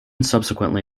subsequently